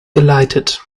geleitet